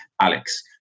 Alex